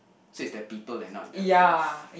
suits the people and not their place